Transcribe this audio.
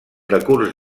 decurs